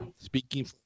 speaking